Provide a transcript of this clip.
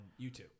YouTube